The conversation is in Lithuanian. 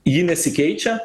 ji nesikeičia